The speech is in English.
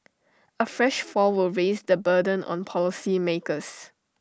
A fresh fall will raise the burden on policymakers